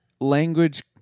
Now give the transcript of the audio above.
Language